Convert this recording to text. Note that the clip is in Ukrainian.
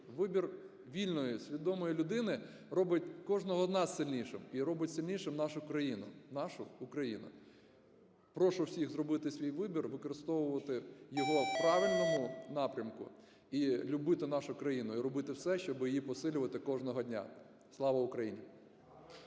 вільної свідомої людини робить кожного з нас сильнішим і робить сильнішим нашу країну, нашу Україну. Прошу всіх зробити свій вибір, використовувати його в правильному напрямку і любити нашу країну і робити все, щоб її посилювати кожного дня. Слава Україні!